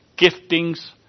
giftings